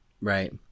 Right